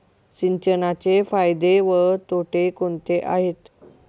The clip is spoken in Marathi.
सिंचनाचे फायदे व तोटे कोणते आहेत?